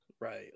Right